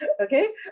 Okay